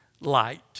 light